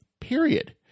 period